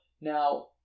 Now